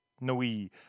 Noi